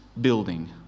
building